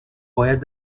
باید